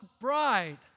bride